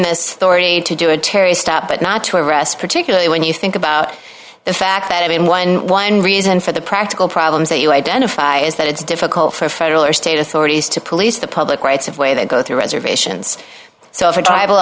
the story to do a terry stop but not to address particularly when you think about the fact that i mean eleven reason for the practical problems that you identify is that it's difficult for federal or state authorities to police the public rights of way they go through reservations so if a